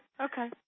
Okay